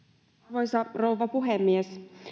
arvoisa rouva puhemies